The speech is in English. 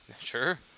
Sure